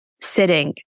sitting